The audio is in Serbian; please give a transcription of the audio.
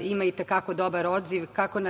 ima i te kako dobar odziv, kako